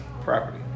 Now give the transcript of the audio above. property